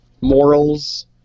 morals